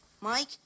Mike